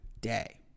day